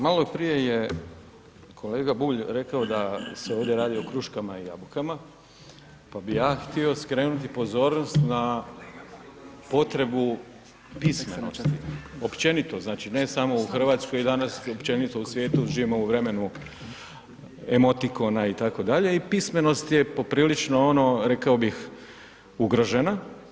Malo prije je kolega Bulj rekao da se ovdje radi o kruškama i jabukama pa bih ja htio skrenuti pozornost na potrebu pismenosti, općenito, znači ne samo u Hrvatskoj danas i općenito u svijetu živimo u vremenu emotikona itd. i pismenost je poprilično ono, rekao bih ugrožena.